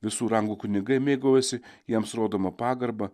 visų rangų kunigai mėgaujasi jiems rodoma pagarba